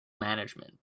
management